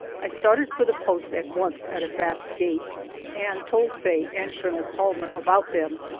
i started for the post at once at a fast gait and told faye and colonel palmer about them,